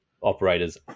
operators